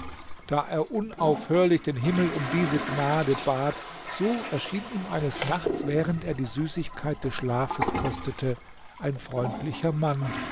da er unaufhörlich den himmel um diese gnade bat so erschien ihm eines nachts während er die süßigkeit des schlafes kostete ein freundlicher mann